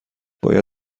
باید